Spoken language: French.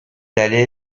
allé